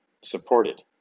supported